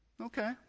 Okay